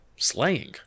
Slaying